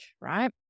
right